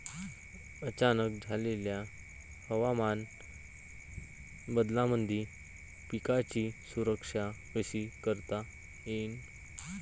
अचानक झालेल्या हवामान बदलामंदी पिकाची सुरक्षा कशी करता येईन?